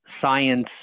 science